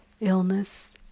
illness